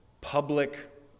public